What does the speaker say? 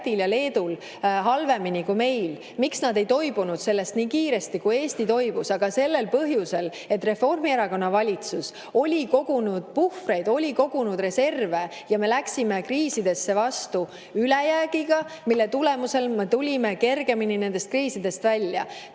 ja Leedul halvemini kui meil? Miks nad ei toibunud sellest nii kiiresti, kui Eesti toibus? Aga sellel põhjusel, et Reformierakonna valitsus oli kogunud puhvreid, oli kogunud reserve. Me läksime kriisidesse vastu ülejäägiga, mille tulemusel me tulime kergemini nendest kriisidest välja.